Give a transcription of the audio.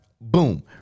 Boom